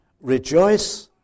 rejoice